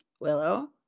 Willow